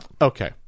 Okay